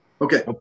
Okay